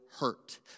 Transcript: hurt